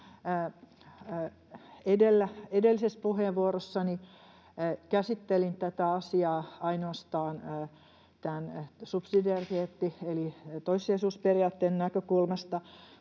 Edellisessä puheenvuorossani käsittelin tätä asiaa ainoastaan tämän subsidiariteetti- eli toissijaisuusperiaatteen näkökulmasta,